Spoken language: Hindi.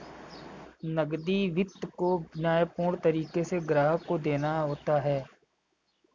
नकदी वित्त को न्यायपूर्ण तरीके से ग्राहक को देना होता है